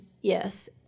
yes